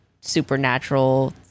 supernatural